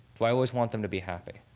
do i always want them to be happy?